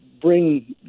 bring